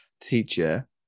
teacher